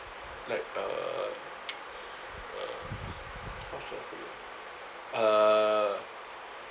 like uh uh uh